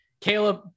Caleb